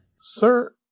Sir